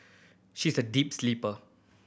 she's a deep sleeper